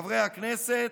חברי הכנסת,